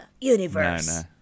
universe